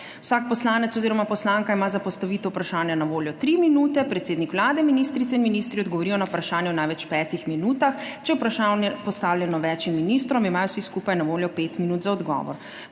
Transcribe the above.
Vsak poslanec oziroma poslanka ima za postavitev vprašanja na voljo 3 minute. Predsednik Vlade, ministrice in ministri odgovorijo na vprašanje v največ 5 minutah. Če je vprašanje postavljeno več ministrom, imajo vsi skupaj na voljo 5 minut za odgovor.